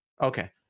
Okay